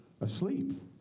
asleep